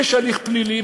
יש הליך פלילי,